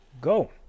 Go